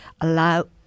allow